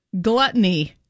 Gluttony